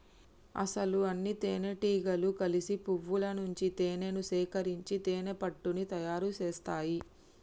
అసలు అన్నితేనెటీగలు కలిసి పువ్వుల నుంచి తేనేను సేకరించి తేనెపట్టుని తయారు సేస్తాయి